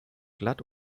glatt